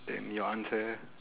then your answer